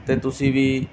ਅਤੇ ਤੁਸੀਂ ਵੀ